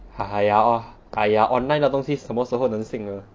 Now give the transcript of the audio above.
哈哈 ya lor !aiya! online 的东西什么时候能信的